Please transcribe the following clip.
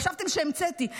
חשבתם שהמצאתי.